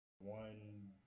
One